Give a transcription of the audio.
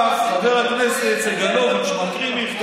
עכשיו חבר הכנסת סגלוביץ' מקריא מכתב